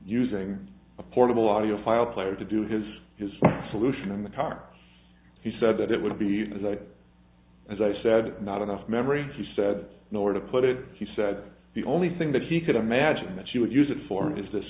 using a portable audio file player to do his his solution in the car he said that it would be as i said as i said not enough memory he said nor to put it he said the only thing that he could imagine that she would use it for is this